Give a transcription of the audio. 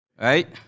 Right